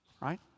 right